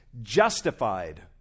justified